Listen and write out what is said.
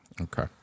Okay